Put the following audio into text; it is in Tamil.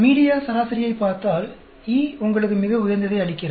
மீடியா சராசரியைப் பார்த்தால் E உங்களுக்கு மிக உயர்ந்ததை அளிக்கிறது